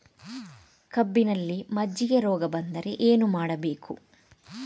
ಕಬ್ಬಿನಲ್ಲಿ ಮಜ್ಜಿಗೆ ರೋಗ ಬಂದರೆ ಏನು ಮಾಡಬೇಕು?